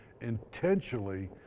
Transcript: intentionally